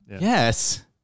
Yes